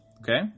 okay